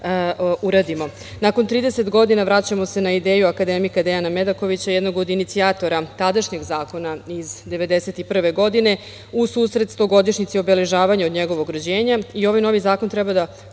30 godina vraćamo se na ideju akademika Dejana Medakovića, jednog od inicijatora tadašnjeg zakona iz 1991. godine, a u susret stogodišnjici obeležavanja njegovog rođenja.